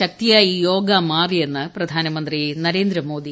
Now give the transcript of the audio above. ശക്തിയായി യോഗ മാറിയെന്ന് പ്രിധ്യാനമന്ത്രി നരേന്ദ്രമോദി